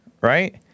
right